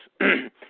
Yes